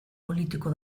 politiko